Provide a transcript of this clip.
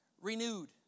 renewed